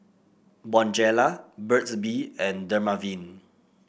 Bonjela Burt's Bee and Dermaveen